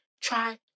try